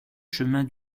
chemin